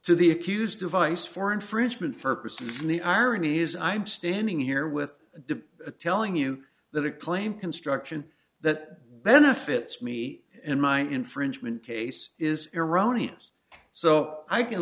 to the accused device for infringement purposes and the irony is i'm standing here with the telling you that a claim construction that benefits me in my infringement case is erroneous so i can